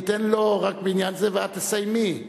אני אתן לו רק בעניין זה ואת תסיימי.